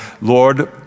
Lord